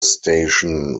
station